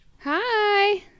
hi